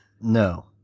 No